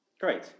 Great